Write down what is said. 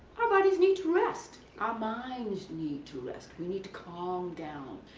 our bodies need to rest. our minds need to rest. we need to calm down,